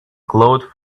glowed